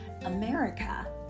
America